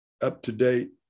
up-to-date